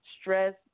Stress